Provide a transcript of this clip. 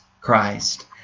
Christ